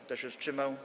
Kto się wstrzymał?